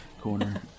corner